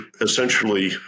essentially